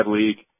league